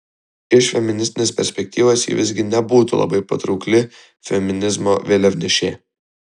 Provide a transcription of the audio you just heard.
iš feministinės perspektyvos ji visgi nebūtų labai patraukli feminizmo vėliavnešė